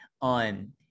on